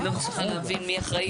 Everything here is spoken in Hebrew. אני לא מצליחה להבין מי אחראי.